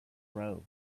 row